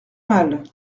mal